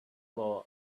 boy